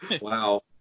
Wow